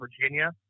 Virginia